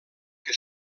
que